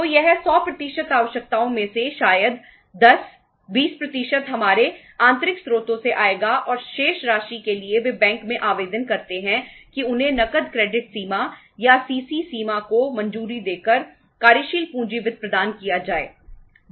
तो यह 100 आवश्यकताओं में से शायद 10 20 हमारे आंतरिक स्रोतों से आएगा और शेष राशि के लिए वे बैंक मैं आवेदन करते हैं कि उन्हें नकद क्रेडिट सीमा को मंजूरी देकर कार्यशील पूंजी वित्त प्रदान किया जाए